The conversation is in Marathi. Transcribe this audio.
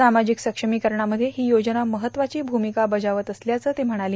सामाजिक ससमीकरणामध्ये ही योजना महत्वाची भूमिका बजावत असल्याचं ते म्हणाले